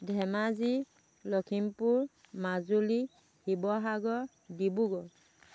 Dhemaji Lakhimpur Majuli Sivasagar Dibrugarh